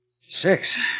Six